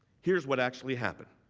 here's what actually happened.